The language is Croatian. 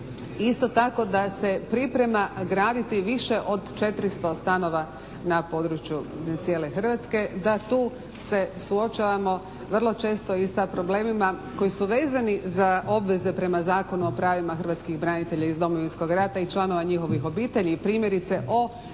isto tako da se priprema graditi više od 400 stanova na području cijele Hrvatske, da tu se suočavamo vrlo često i sa problemima koji su vezani za obveze prema Zakonu o pravima hrvatskih branitelja iz Domovinskog rata i članova njihovih obitelji i primjerice o